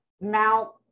Mount